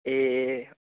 ए